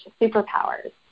superpowers